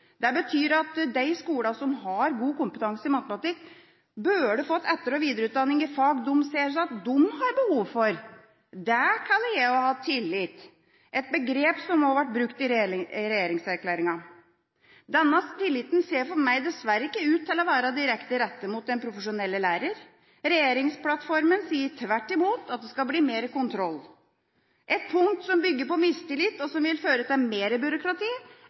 Det betyr at de skolene som har god kompetanse i matematikk, burde fått etter- og videreutdanning i fag de ser at de har behov for. Det kaller jeg å ha tillit – et begrep som også har vært brukt i regjeringserklæringen. Denne tilliten ser for meg dessverre ikke ut til å være direkte rettet mot den profesjonelle lærer. Regjeringsplattformen sier tvert imot at det skal bli mer kontroll. Ett punkt som bygger på mistillit, og som vil føre til mer byråkrati,